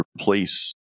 replace